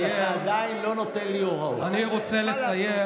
הציבור עדיין חושב שהוא ראש ממשלת ההונאה והוא ראש ממשלת,